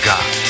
God